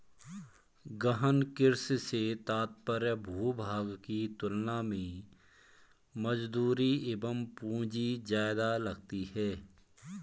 गहन कृषि से तात्पर्य भूभाग की तुलना में मजदूरी एवं पूंजी ज्यादा लगती है